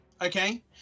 Okay